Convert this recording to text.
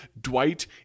Dwight